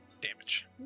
damage